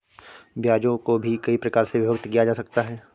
ब्याजों को भी कई प्रकार से विभक्त किया जा सकता है